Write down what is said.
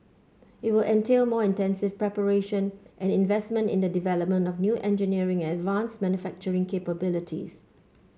it will entail more intensive preparation and investment in the development of new engineering and advanced manufacturing capabilities